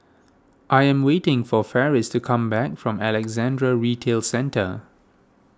I am waiting for Farris to come back from Alexandra Retail Centre